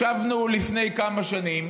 ישבנו לפני כמה שנים